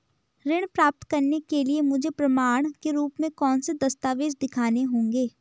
ऋण प्राप्त करने के लिए मुझे प्रमाण के रूप में कौन से दस्तावेज़ दिखाने होंगे?